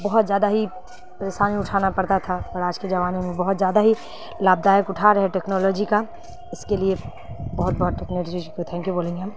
بہت زیادہ ہی پریشانی اٹھانا پڑتا تھا پر آج کے زمانے میں بہت زیادہ ہی لابھدایک اٹھا رہے ٹیکنالوجی کا اس کے لیے بہت بہت ٹیکنالوجی کو تھینک یو بولیں گے ہم